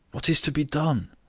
what is to be done?